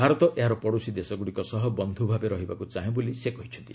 ଭାରତ ଏହାର ପଡ଼ୋଶୀ ଦେଶଗୁଡ଼ିକ ସହ ବନ୍ଧୁ ଭାବେ ରହିବାକୁ ଚାହେଁ ବୋଲି ସେ କହିଛନ୍ତି